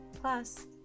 Plus